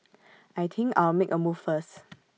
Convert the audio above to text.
I think I'll make A move first